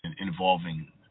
involving